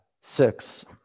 six